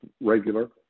regular